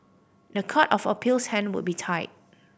the Court of Appeal's hand would be tied